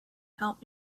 help